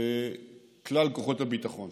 וכלל כוחות הביטחון,